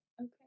Okay